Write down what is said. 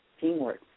teamwork